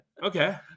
Okay